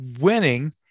Winning